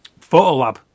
Photolab